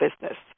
business